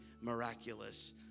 miraculous